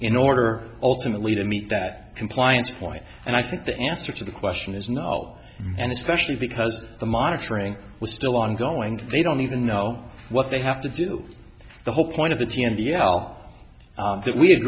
in order ultimately to meet that compliance point and i think the answer to the question is no and especially because the monitoring was still ongoing they don't even know what they have to do the whole point